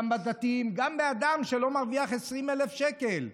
גם בדתיים וגם באדם שלא מרוויח 20,000 שקלים.